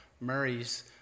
murray's